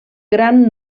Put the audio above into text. gran